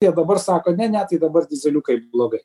jie dabar sako ne ne tai dabar dyzeliukai blogai